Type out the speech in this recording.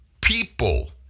people